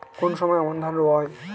কোন সময় আমন ধান রোয়া হয়?